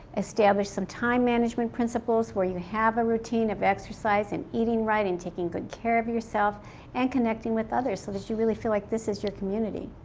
establish some time management principles where you have a routine of exercise and eating right and taking good care of yourself and connecting with others so that you really feel like this is your community.